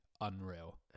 Unreal